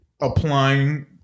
applying